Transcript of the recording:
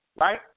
right